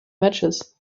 matches